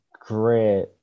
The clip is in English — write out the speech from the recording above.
great